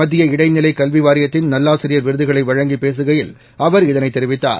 மத்திய இடைநிலை கல்வி வாரியத்தின் நல்லாசிரியர் விருதுகளை வழங்கி பேசுகையில் அவர் இதனை தெரிவித்தார்